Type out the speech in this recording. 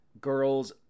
girls